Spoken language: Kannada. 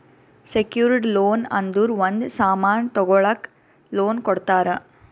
ಸೆಕ್ಯೂರ್ಡ್ ಲೋನ್ ಅಂದುರ್ ಒಂದ್ ಸಾಮನ್ ತಗೊಳಕ್ ಲೋನ್ ಕೊಡ್ತಾರ